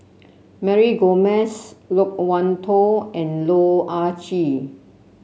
Mary Gomes Loke Wan Tho and Loh Ah Chee